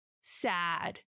sad